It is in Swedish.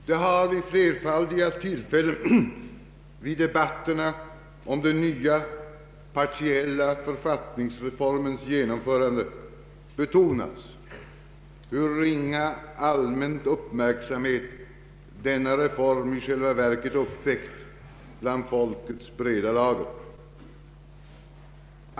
Det har vid flerfaldiga tillfällen vid debatterna om den nya partiella författningsreformens genomförande betonats hur ringa allmän uppmärksamhet denna reform i själva verket uppväckt bland folkets breda lager.